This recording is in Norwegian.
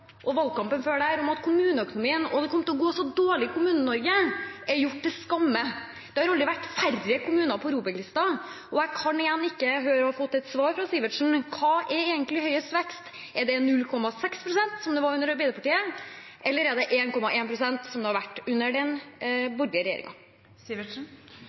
og valgkampen før den igjen, om kommuneøkonomien og at det kom til å gå så dårlig i Kommune-Norge, er gjort til skamme. Det har aldri vært færre kommuner på ROBEK-listen, og jeg har ikke hørt at jeg har fått et svar fra representanten Sivertsen på spørsmålet: Hva er høyest vekst – er det 0,6 pst., som det var under Arbeiderpartiet, eller er det 1,1 pst., som det har vært under den